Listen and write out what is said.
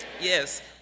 Yes